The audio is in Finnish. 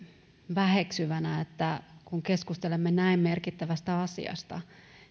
väheksyvänä että kun keskustelemme näin merkittävästä asiasta